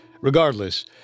Regardless